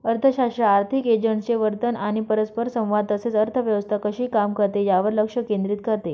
अर्थशास्त्र आर्थिक एजंट्सचे वर्तन आणि परस्परसंवाद तसेच अर्थव्यवस्था कशी काम करते यावर लक्ष केंद्रित करते